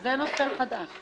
--- זה נושא חדש.